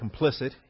complicit